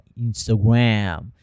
Instagram